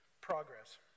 Progress